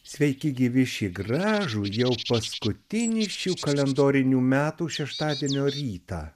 sveiki gyvi šį gražų jau paskutinį šių kalendorinių metų šeštadienio rytą